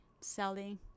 selling